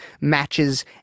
matches